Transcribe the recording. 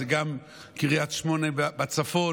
אז זה גם קריית שמונה בצפון